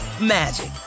magic